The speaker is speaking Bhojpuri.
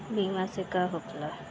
बीमा से का होखेला?